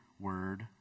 word